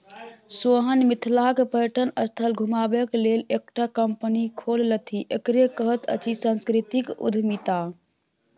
सोहन मिथिलाक पर्यटन स्थल घुमेबाक लेल एकटा कंपनी खोललथि एकरे कहैत अछि सांस्कृतिक उद्यमिता